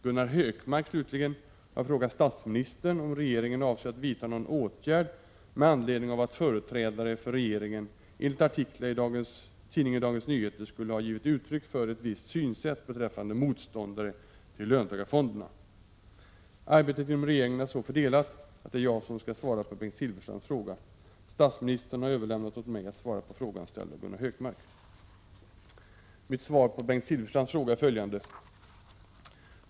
Gunnar Hökmark, slutligen, har frågat statsministern om regeringen avser att vidta någon åtgärd med anledning av att företrädare för regeringen enligt artiklar i tidningen Dagens Nyheter skulle ha givit uttryck för ett visst synsätt beträffande motståndare till löntagarfonderna. Arbetet inom regeringen är så fördelat att det är jag som skall svara på Bengt Silfverstrands fråga. Statsministern har överlämnat åt mig att svara på frågan ställd av Gunnar Hökmark. Mitt svar på Bengt Silfverstrands fråga är följande.